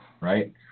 right